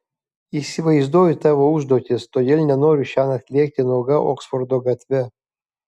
įsivaizduoju tavo užduotis todėl nenoriu šiąnakt lėkti nuoga oksfordo gatve